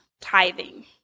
tithing